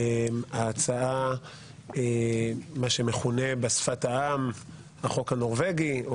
זאת ההצעה שמכונה בשפת העם החוק הנורבגי,